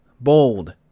Bold